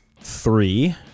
three